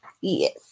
yes